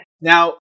Now